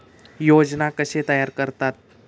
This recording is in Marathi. योजना कशे तयार करतात?